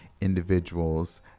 individuals